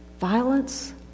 Violence